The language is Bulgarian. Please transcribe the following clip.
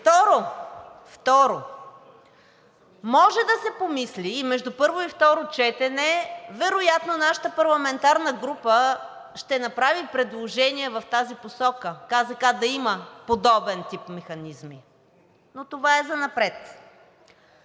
Второ, може да се помисли и между първо и второ четене вероятно нашата парламентарна група ще направи предложения в тази посока – КЗК да има подобен тип механизъм, но това е занапред.